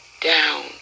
down